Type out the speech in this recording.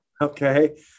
Okay